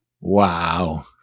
Wow